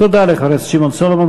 תודה לחבר הכנסת שמעון סולומון.